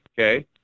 Okay